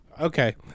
Okay